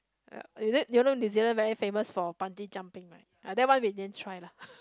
uh is it you know New-Zealand very famous for bungee jumping right ah that one we didn't try lah